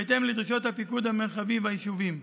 בהתאם לדרישות הפיקוד המרחבי והיישובים.